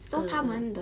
mm mm